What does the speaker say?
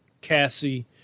Cassie